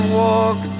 walk